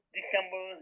December